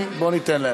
אמר.